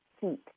heat